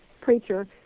preacher